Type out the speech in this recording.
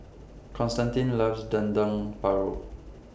Constantine loves Dendeng Paru